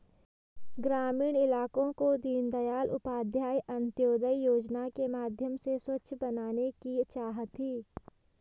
ग्रामीण इलाकों को दीनदयाल उपाध्याय अंत्योदय योजना के माध्यम से स्वच्छ बनाने की चाह थी